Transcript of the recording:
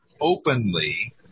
openly